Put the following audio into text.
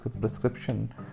prescription